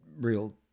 real